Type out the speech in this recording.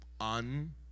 un-